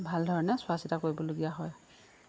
ভালধৰণে চোৱা চিতা কৰিবলগীয়া হয়